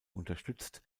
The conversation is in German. unterstützt